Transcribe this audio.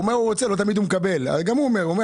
אני רוצה לדבר על